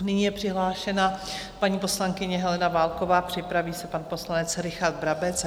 Nyní je přihlášena paní poslankyně Helena Válková, připraví se pan poslanec Richard Brabec.